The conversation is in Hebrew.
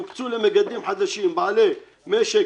יוקצו למגדלים חדשים בעלי משק,